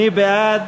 מי בעד?